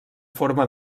forma